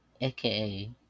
aka